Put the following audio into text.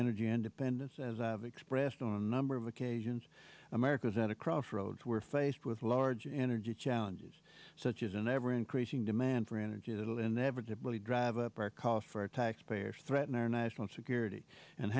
energy independence as i've expressed on number of occasions america is at a crossroads we're faced with a large energy challenges such as an ever increasing demand for energy that will inevitably drive up our costs for taxpayers threaten our national security and